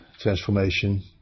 transformation